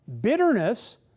bitterness